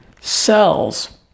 cells